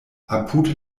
apud